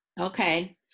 Okay